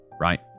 right